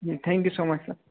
ji thank you so much sir